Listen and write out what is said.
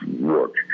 work